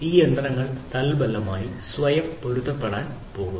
ഈ യന്ത്രങ്ങൾ തൽഫലമായി സ്വയം പൊരുത്തപ്പെടാൻ പോകുന്നു